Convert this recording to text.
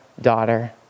Daughter